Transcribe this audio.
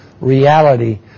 reality